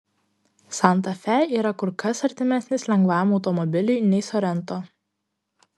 santa fe yra kur kas artimesnis lengvajam automobiliui nei sorento